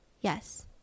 Yes